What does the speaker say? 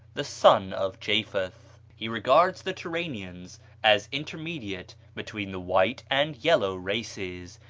the son of japheth. he regards the turanians as intermediate between the white and yellow races,